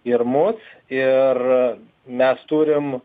ir mus ir mes turim